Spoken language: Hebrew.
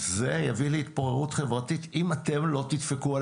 זה יביא להתפוררות חברתית אם אתם לא תדפקו על